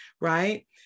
right